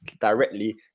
directly